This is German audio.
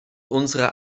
unserer